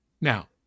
Now